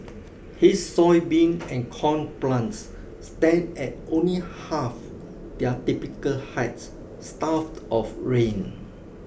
his soybean and corn plants stand at only half their typical height starved of rain